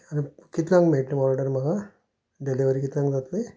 आनी कितल्यांक मेळट्ली ऑर्डर म्हाका डॅलिवरी कितल्यांक जातली